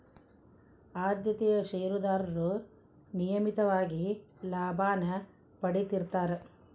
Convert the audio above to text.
ಆದ್ಯತೆಯ ಷೇರದಾರರು ನಿಯಮಿತವಾಗಿ ಲಾಭಾನ ಪಡೇತಿರ್ತ್ತಾರಾ